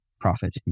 profit